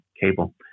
cable